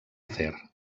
afer